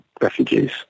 refugees